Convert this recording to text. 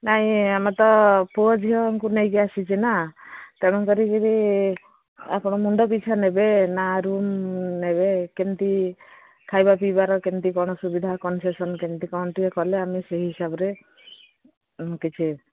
ନାଇଁ ଆମର ତ ପୁଅ ଝିଅଙ୍କୁ ନେଇକି ଆସିଛି ନା ତେଣୁକରି ଆପଣ ମୁଣ୍ଡ ପିଛା ନେବେ ନା ରୁମ୍ ନେବେ କେମିତି ଖାଇବା ପିଇବାର କେମିତି କ'ଣ ସୁବିଧା କନସେସନ କେମିତି କ'ଣ ଟିକେ କଲେ ଆମେ ସେଇ ହିସାବରେ କିଛି